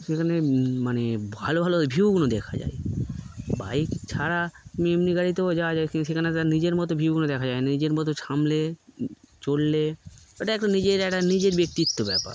সেখানে মানে ভালো ভালো ভিউগুলো দেখা যায় বাইক ছাড়া মি এমনি গাড়িতেও যাওয়া যায় ক্ত সেখানে তার নিজের মতো ভিউগুলো দেখা যায় না নিজের মতো ছামলে চললে ওটা একটা নিজের একটা নিজের ব্যক্তিত্ব ব্যাপার